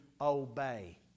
obey